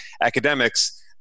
academics